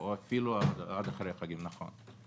או אפילו עד אחרי החגים, נכון.